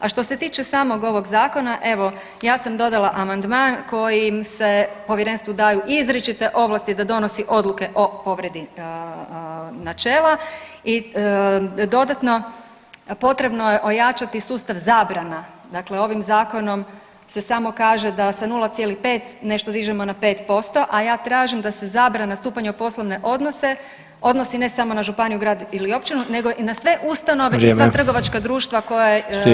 A što se tiče samog ovog Zakona, evo, ja sam dodala amandman kojim se Povjerenstvu daju izričite ovlasti da donosi odluke o povredi načela i dodatno, potrebno je ojačati sustav zabrana, dakle ovim Zakonom se samo kaže da se 0,5, nešto dižemo na 5%, a ja tražim da se zabrana stupanja u poslovne odnose odnosi ne samo na županiju, grad ili općinu, nego i na sve ustanove i sva [[Upadica: Vrijeme.]] trgovačka društva koja [[Upadica: Sljedeća replika.]] je jedinica osnovala.